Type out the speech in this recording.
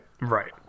Right